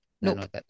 Nope